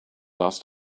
last